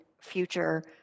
future